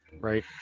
right